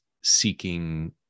seeking